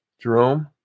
Jerome